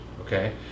Okay